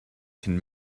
can